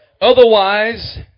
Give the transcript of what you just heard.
Otherwise